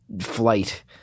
flight